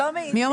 מיום